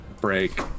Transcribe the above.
Break